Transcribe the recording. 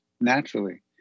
naturally